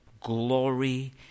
glory